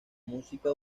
música